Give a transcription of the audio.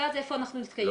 ואז איפה אנחנו נתקעים.